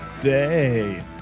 day